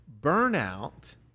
Burnout